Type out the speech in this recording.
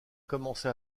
commencé